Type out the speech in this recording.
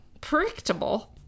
Predictable